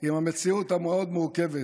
עם המציאות המאוד-מורכבת,